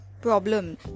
problem